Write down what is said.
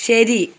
ശരി